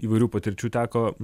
įvairių patirčių teko